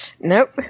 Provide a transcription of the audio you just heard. Nope